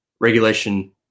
regulation